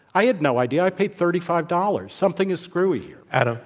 i had no idea. i paid thirty five dollars. something is screwy here. adam.